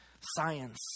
Science